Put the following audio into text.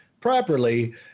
properly